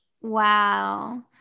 wow